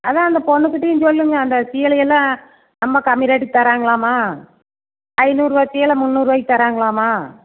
அதான் அந்த பொண்ணுகிட்டையும் சொல்லுங்கள் அந்த சேலையெல்லா ரொம்ப கம்மி ரேட்டுக்கு தராங்கலாமா ஐநூறுவா சேலை முன்னூறுவாய்க்கு தராங்கலாமா